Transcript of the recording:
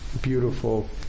beautiful